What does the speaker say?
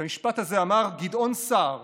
את המשפט הזה אמר גדעון סער